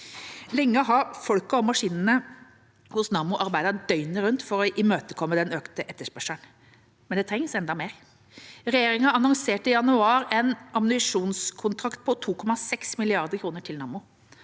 Lenge har folkene og maskinene hos Nammo arbeidet døgnet rundt for å imøtekomme den økte etterspørselen – men det trengs enda mer. Regjeringa annonserte i januar en ammunisjonskontrakt på 2,6 mrd. kr til Nammo.